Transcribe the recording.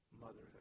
motherhood